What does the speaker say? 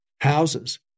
houses